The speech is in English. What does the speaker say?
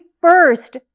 first